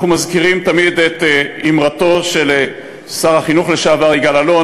אנחנו מזכירים תמיד את אמרתו של שר החינוך לשעבר יגאל אלון,